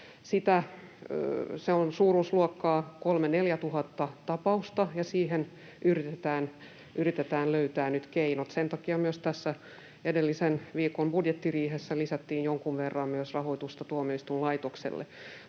se on suuruusluokkaa 3 000—4 000 tapausta, ja siihen yritetään löytää nyt keinot. Sen takia myös edellisen viikon budjettiriihessä lisättiin jonkun verran rahoitusta myös tuomioistuinlaitokselle,